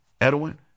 Edwin